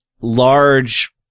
large